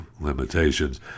limitations